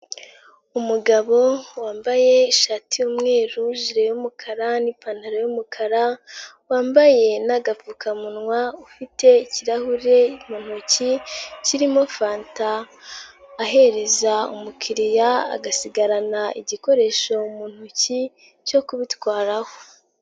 Umugabo wambaye ishati y'umweru jire y'umukara n'ipantaro y'umukara, wambaye n'agapfukamunwa ufite ikirahure mu ntoki kirimo fanta, ahereza umukiliya agasigarana igikoresho mu ntoki cyo kubitwaraho.